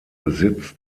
sitz